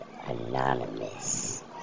anonymous